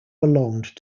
belonged